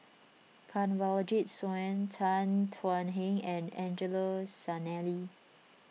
Kanwaljit Soin Tan Thuan Heng and Angelo Sanelli